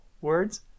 words